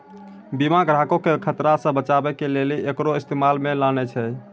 बीमा ग्राहको के खतरा से बचाबै के लेली एकरो इस्तेमाल मे लानै छै